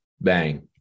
bang